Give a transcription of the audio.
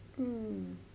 mm